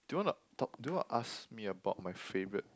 do you wanna talk do you wanna ask me about my favourite